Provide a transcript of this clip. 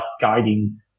guiding